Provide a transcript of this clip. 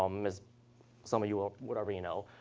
um as some of you or whatever you know,